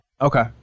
Okay